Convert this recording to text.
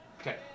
Okay